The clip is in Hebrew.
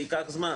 זה ייקח זמן,